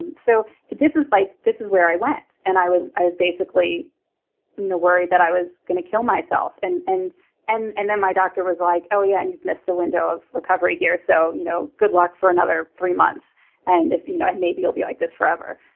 and so this is like this is where i went. and i was i was basically you know worried that i was going to kill myself. and and and and then my doctor was like, yeah and you missed the window of recovery here, so you know good luck for another three months and you know and maybe you'll be like this forever.